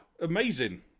amazing